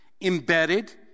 embedded